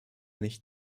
nicht